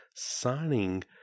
signing